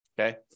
Okay